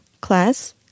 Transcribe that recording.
class